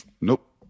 Nope